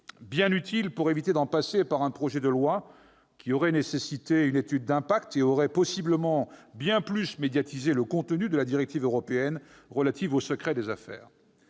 bien utile pour éviter d'en passer par un projet de loi, lequel aurait nécessité une étude d'impact et aurait possiblement bien plus médiatisé le contenu de la directive européenne relative au secret des affaires.